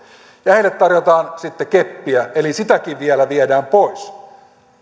ja heille tarjotaan sitten keppiä eli sitäkin vielä viedään pois